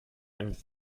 ein